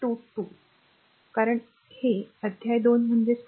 २२ कारण ते अध्याय २ म्हणजेच २